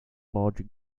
larger